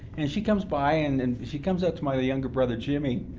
and she comes by and and she comes up to my younger brother jimmy,